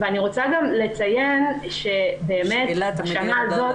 ואני רוצה גם לציין שבאמת שנה זו,